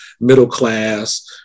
middle-class